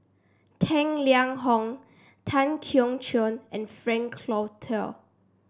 Tang Liang Hong Tan Keong Choon and Frank Cloutier